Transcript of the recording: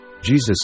Jesus